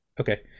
Okay